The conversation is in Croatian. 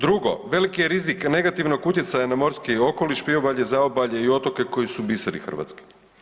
Drugo, veliki je rizik negativnog utjecaja na morski okoliš, priobalje, zaobalje i otoke koji su biseri Hrvatske.